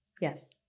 Yes